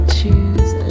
choose